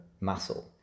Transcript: muscle